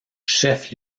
chef